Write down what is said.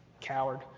coward